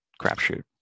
crapshoot